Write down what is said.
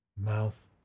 mouth